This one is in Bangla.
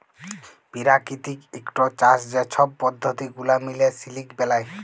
পেরাকিতিক ইকট চাষ যে ছব পদ্ধতি গুলা মিলে সিলিক বেলায়